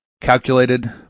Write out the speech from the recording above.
Calculated